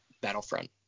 Battlefront